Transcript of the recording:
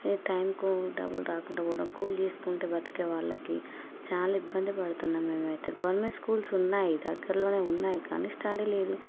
టైంకు డబ్బులు రాకుండా పోవడం కూలి చేసుకుంటూ బతికే వాళ్ళకి చాలా ఇబ్బంది పడుతున్నాం మేమైతే గవర్నమెంట్ స్కూల్స్ ఉన్నాయి దగ్గరలోనే ఉన్నాయి కానీ స్టడీ లేదు